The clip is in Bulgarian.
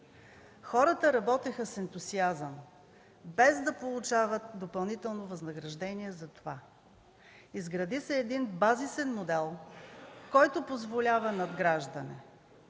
Хората работеха с ентусиазъм, без да получават допълнително възнаграждение за това. Изгради се един базисен модел, който позволява надграждане.